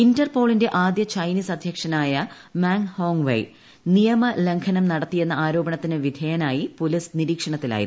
ഇന്റർപോളിന്റെ ആദ്യ ചൈനീസ് അദ്ധ്യക്ഷനായി Meng Hongwei നിയമ ലംഘനം നടത്തിയെന്ന ആരോപണത്തിനു വിധേയനായി പോലീസ് നിരീക്ഷണത്തിലായിരുന്നു